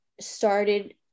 started